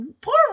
Poor